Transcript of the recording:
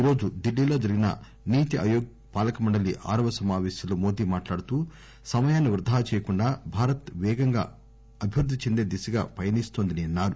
ఈ రోజు ఢిల్లీలో జరిగిన నీతి ఆయోగ్ పాలక మండలి ఆరవ సమాపేశంలో మోదీ మాట్లాడుతూ సమయాన్ని వృధా చేయకుండా భారత్ వేగంగా అభివృద్ధి చెందే దిశగా పయనిస్తోందని అన్నారు